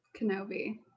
Kenobi